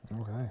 Okay